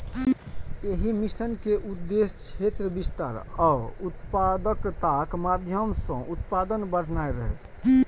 एहि मिशन के उद्देश्य क्षेत्र विस्तार आ उत्पादकताक माध्यम सं उत्पादन बढ़ेनाय रहै